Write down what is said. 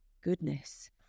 goodness